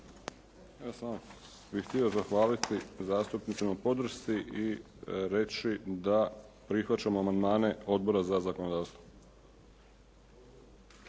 Evo samo bih htio zahvaliti na podršci i reći da prihvaćamo amandmane Odbora za zakonodavstvo.